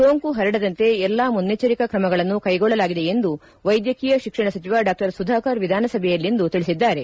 ಸೋಂಕು ಪರಡದಂತೆ ಎಲ್ಲಾ ಮುನ್ನೆಟ್ಟರಿಕಾ ಕ್ರಮಗಳನ್ನು ಕೈಗೊಳ್ಳಲಾಗಿದೆ ಎಂದು ವೈದ್ಯಕೀಯ ಶಿಕ್ಷಣ ಸಚಿವ ಡಾ ಸುಧಾಕರ್ ವಿಧಾನಸಭೆಯಲ್ಲಿಂದು ತಿಳಿಸಿದ್ದಾರೆ